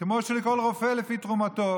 כמו שיש לכל רופא לפי תרומתו.